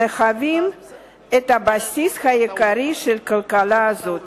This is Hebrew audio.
המהווים את הבסיס העיקרי של כלכלה זו.